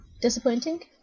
disappointing